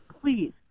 please